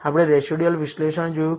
આપણે રેસિડયુઅલ વિશ્લેષણ જોયું